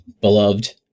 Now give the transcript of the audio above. beloved